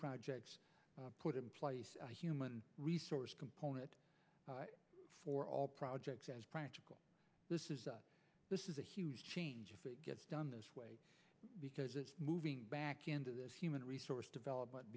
projects put in place a human resource component for all projects as practical this is this is a huge change gets done this way because it's moving back into this human resource develop